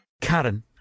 Karen